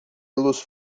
los